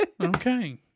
Okay